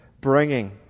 bringing